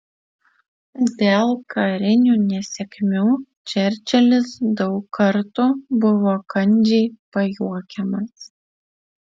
dėl karinių nesėkmių čerčilis daug kartų buvo kandžiai pajuokiamas